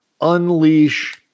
unleash